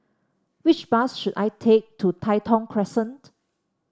which bus should I take to Tai Thong Crescent